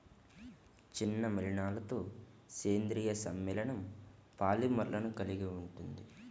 చిన్న మలినాలతోసేంద్రీయ సమ్మేళనంపాలిమర్లను కలిగి ఉంటుంది